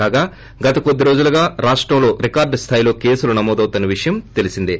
కాగా గత కొద్ది రోజులుగా ఆంధ్రప్రదేశ్ లో రికార్గు స్లాయిలో కేసులు నమోదవుతున్న విషయం తెలీసిందే